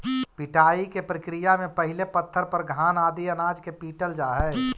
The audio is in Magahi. पिटाई के प्रक्रिया में पहिले पत्थर पर घान आदि अनाज के पीटल जा हइ